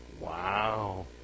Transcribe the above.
Wow